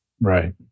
Right